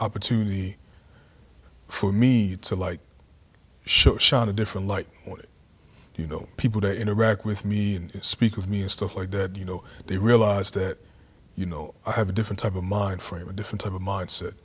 opportunity for me to like show shot a different light you know people to interact with me speak of me and stuff like that you know they realize that you know i have a different type of mind frame a different type of mindset